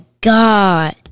God